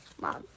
Mom